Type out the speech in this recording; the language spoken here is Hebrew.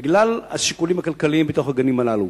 בגלל השיקולים הכלכליים בגנים הללו.